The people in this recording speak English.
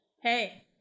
hey